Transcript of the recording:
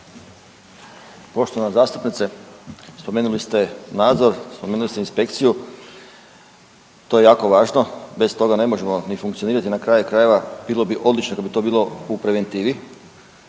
Poštovana zastupnice, spomenuli ste nadzor, spomenuli ste inspekciju, to je jako važno, bez toga ne možemo ni funkcionirati jer na kraju krajeva, bilo bi odlično da bi to bilo u preventivi